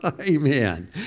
Amen